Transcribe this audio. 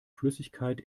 flüssigkeit